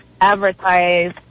advertise